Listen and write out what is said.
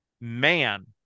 man